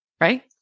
Right